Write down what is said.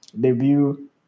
debut